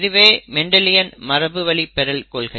இதுவே மெண்டலியன் மரபுவழிப்பெறல் கொள்கை